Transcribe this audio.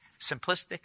simplistic